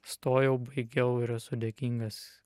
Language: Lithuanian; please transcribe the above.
stojau baigiau ir esu dėkingas